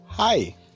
Hi